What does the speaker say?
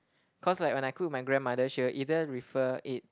cause like when I cook with my grandmother she will either refer it